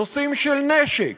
נושאים של נשק,